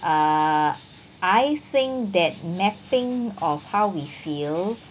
err I think that mapping of how we feel